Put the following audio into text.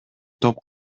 топ